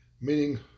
meaning